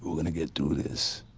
we're going to get through this.